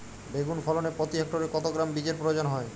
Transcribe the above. বেগুন ফলনে প্রতি হেক্টরে কত গ্রাম বীজের প্রয়োজন হয়?